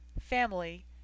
family